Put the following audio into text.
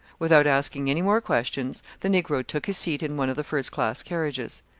without asking any more questions, the negro took his seat in one of the first-class carriages.